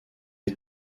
est